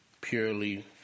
purely